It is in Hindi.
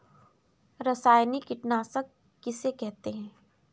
रासायनिक कीटनाशक कैसे होते हैं?